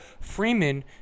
Freeman